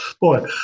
Boy